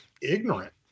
ignorant